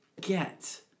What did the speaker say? get